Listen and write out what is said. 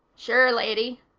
sure, lady,